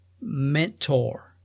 mentor